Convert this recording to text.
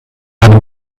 einem